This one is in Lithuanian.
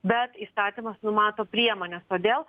bet įstatymas numato priemones todėl